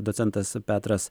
docentas petras